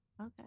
Okay